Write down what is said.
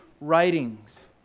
writings